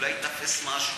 אולי ייתפס משהו.